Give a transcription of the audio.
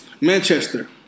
Manchester